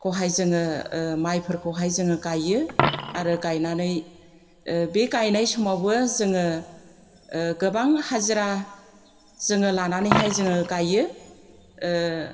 जोङो माइफोरखौहाय जोङो गायो आरो गायनानै आरो बे गायनाय समावबो जोङो गोबां हाजिरा जोङो लानानैहाय जोङो गायो